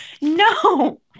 No